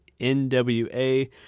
NWA